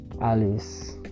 alice